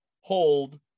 hold